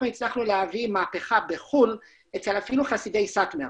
הצלחנו להביא מהפיכה בחו"ל, אפילו לחסידי סאטמר.